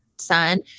son